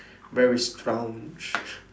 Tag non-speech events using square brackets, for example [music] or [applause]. very strong [noise]